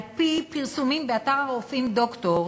על-פי פרסומים באתר הרופאים "דוקטורס",